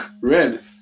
red